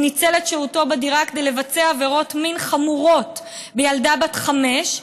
הוא ניצל את שהותו בדירה כדי לבצע עבירות מין חמורות בילדה בת חמש,